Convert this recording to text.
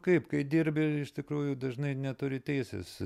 kaip kai dirbi iš tikrųjų dažnai neturi teisės